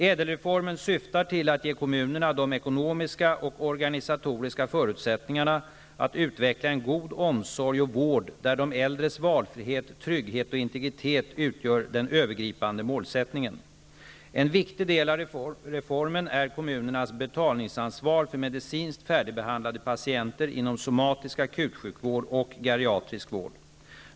ÄDEL-reformen syftar till att ge kommunerna de ekonomiska och organisatoriska förutsättningarna att utveckla en god omsorg och vård där de äldres valfrihet, trygghet och integritet utgör den övergripande målsättningen. En viktig del av reformen är kommunernas betalningsansvar för medicinskt färdigbehandlade patienter inom somatisk akutsjukvård och geriatrisk vård.